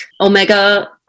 omega